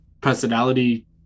personality